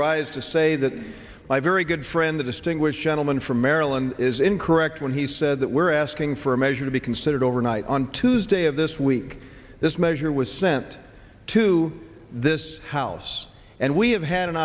rise to say that my very good friend the distinguished gentleman from maryland is incorrect when he said that we're asking for a measure to be considered overnight on tuesday of this week this measure was sent to this house and we have had an